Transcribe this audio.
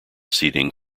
seating